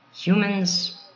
humans